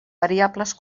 variables